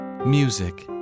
Music